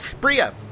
Bria